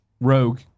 Rogue